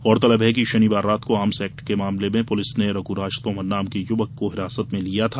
गौरतलब है कि शनिवार रात को आर्म्स एक्ट के मामले में पुलिस ने रघ्राज तोमर नाम के युवक को हिरासत में लिया था